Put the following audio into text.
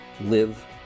live